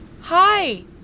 hi